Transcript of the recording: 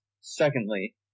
secondly